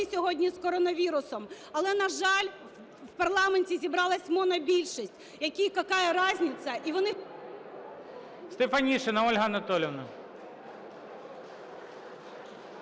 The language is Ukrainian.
сьогодні з коронавірусом. Але, на жаль, в парламенті зібралась монобільшість, якій "какая разница",